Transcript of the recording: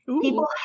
People